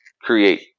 create